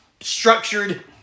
structured